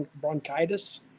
bronchitis